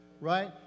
Right